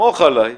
סמוך עליי.